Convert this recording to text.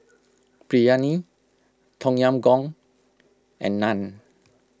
Biryani Tom Yam Goong and Naan